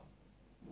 be completely